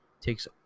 takes